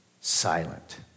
silent